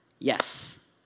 Yes